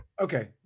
Okay